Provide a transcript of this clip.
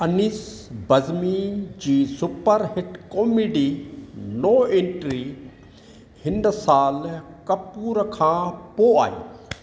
अनीस Bazmee ji superhit comedy no entry हिन सालु कपूर खां पोइ आई